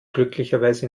glücklicherweise